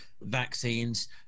vaccines